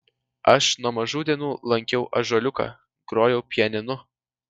aš nuo mažų dienų lankiau ąžuoliuką grojau pianinu